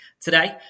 today